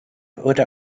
wurde